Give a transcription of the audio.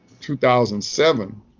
2007